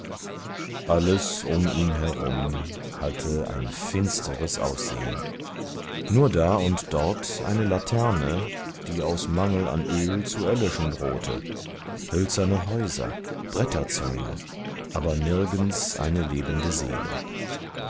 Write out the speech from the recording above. alles um ihn herum hatte ein finsteres aussehen nur da und dort eine laterne die aus mangel an öl zu erlöschen drohte hölzerne häuser bretterzäune aber nirgends eine lebende seele